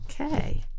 Okay